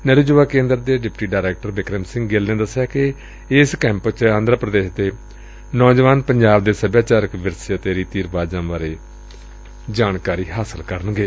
ਨਹਿਰੁ ਯੁਵਾ ਕੇਂਦਰ ਦੇ deputy director Bikram Singh Gill ਨੇ ਦਸਿਆ ਕਿ ਇਸ ਕੈਂਪ ਚ ਆਂਧਰਾ ਪ੍ਰਦੇਸ਼ ਦੇ ਨੌਜਵਾਨਾਂ ਪੰਜਾਬ ਦੇ ਸਭਿਆਚਾਰਕ ਵਿਰਸੇ ਅਤੇ ਰੀਤੀ ਰਿਵਾਜਾਂ ਬਾਰੇ ਜਾਣ ਕਰਾਇਆ ਜਾਏਗਾ